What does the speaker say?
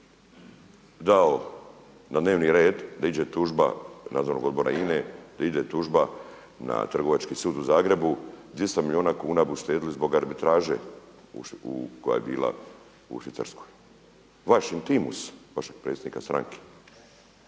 odbora INA-e da ide tužba na trgovački sud u Zagrebu, 200 milijuna kuna bi uštedjeli zbog arbitraže koje je bila u Švicarskoj. Vaš intimus, vašeg predsjednika stranke.